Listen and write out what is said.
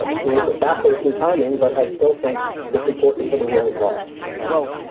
it's a little bit backwards in timing, but i still think it's important for the rule of law well,